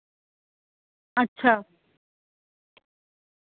अच्छा